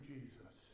Jesus